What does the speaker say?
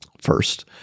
first